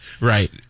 Right